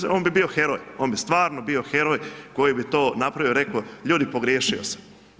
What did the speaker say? On bi bio heroj, on bi stvarno bio heroj koji bi to napravio i rekao, ljudi pogriješio sam.